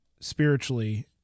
Spiritually